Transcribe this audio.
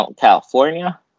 California